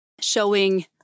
showing